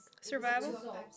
Survival